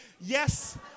Yes